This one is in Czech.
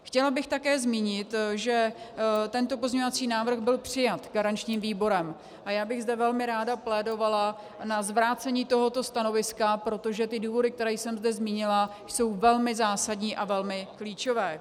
Chtěla bych také zmínit, že tento pozměňovací návrh byl přijat garančním výborem a já bych zde velmi ráda plédovala za zvrácení tohoto stanoviska, protože důvody, které jsem zde zmínila, jsou velmi zásadní a velmi klíčové.